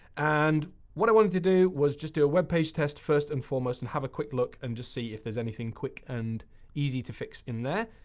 and what i wanted to do was just do a webpagetest first and foremost, and have a quick look and just see if there's anything quick and easy to fix in there.